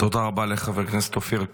תודה רבה לחבר הכנסת אופיר כץ.